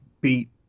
beat